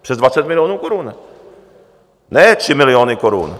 Přes 20 milionů korun, ne 3 miliony korun!